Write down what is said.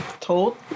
told